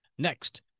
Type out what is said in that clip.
Next